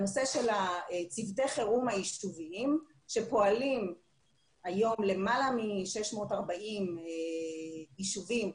הנושא של צוותי החירום היישוביים שפועלים היום למעלה מ-640 יישובים,